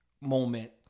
moment